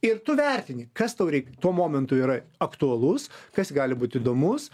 ir tu vertini kas tau reik tuo momentu yra aktualus kas gali būt įdomus